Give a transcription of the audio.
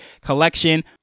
collection